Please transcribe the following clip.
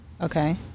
Okay